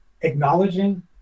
acknowledging